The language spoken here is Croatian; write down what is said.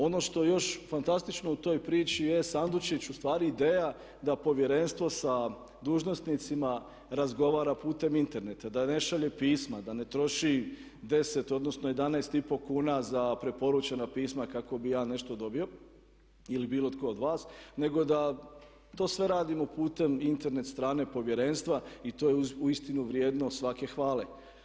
Ono što je još fantastično u toj priči je sandučić, ustvari ideja da Povjerenstvo sa dužnosnicima razgovara putem interneta, da ne šalje pisma, da ne troši 10 odnosno 11,5 kuna za preporučena pisma kako bi ja nešto dobio ili bilo tko od vas, nego da to sve radimo putem Internet strane Povjerenstva i to je uistinu vrijedno svake hvale.